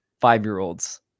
five-year-olds